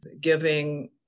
giving